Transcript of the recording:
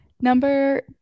number